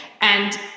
And-